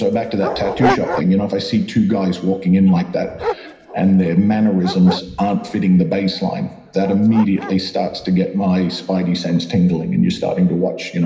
ah back to that tattoo shop thing, you know if i see two guys walking in like that and their mannerisms aren't fitting the baseline, that immediately starts to get my spidey sense tingling and you're starting to watch. you know